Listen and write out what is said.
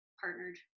partnered